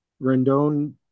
Rendon